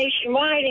nationwide